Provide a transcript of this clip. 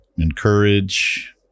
encourage